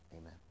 Amen